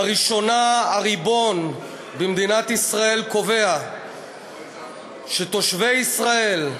לראשונה, הריבון במדינת ישראל קובע שתושבי ישראל,